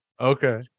Okay